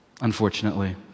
unfortunately